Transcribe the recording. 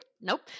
Nope